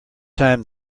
time